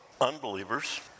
unbelievers